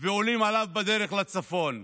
ועולים עליו בדרך לצפון.